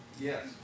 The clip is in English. Yes